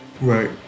Right